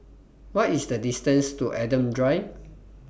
What IS The distance to Adam Drive